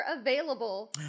available